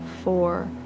four